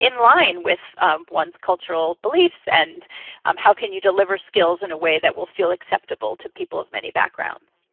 in line with one's cultural beliefs. and um how can you deliver skills in a way that will feel acceptable to people of many backgrounds?